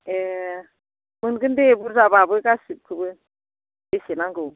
ए' मोनगोन दे बुरजाबाबो गासिखौबो बेसे नांगौ